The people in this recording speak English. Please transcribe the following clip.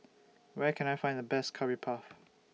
Where Can I Find The Best Curry Puff